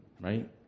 right